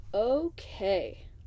Okay